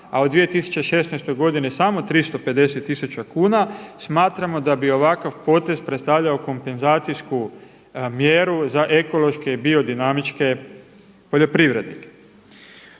a u 2016. godini samo 350 000 kuna smatramo da bi ovakav potez predstavljao kompenzacijsku mjeru za ekološke i biodinamičke poljoprivrednike.